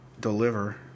deliver